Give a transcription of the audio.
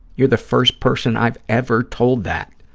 you're the first person i've ever told that.